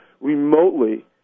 remotely